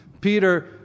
Peter